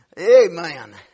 Amen